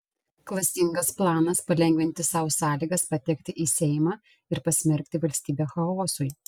klastingas planas palengvinti sau sąlygas patekti į seimą ir pasmerkti valstybę chaosui